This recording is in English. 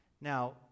Now